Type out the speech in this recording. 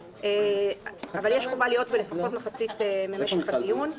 אבל יש חובה להיות בלפחות מחצית ממשך הדיון.